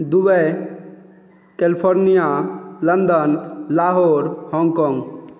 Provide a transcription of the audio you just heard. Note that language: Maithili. Dubai California London Lahore Hong Kong